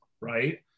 right